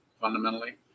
fundamentally